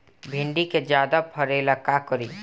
भिंडी के ज्यादा फरेला का करी?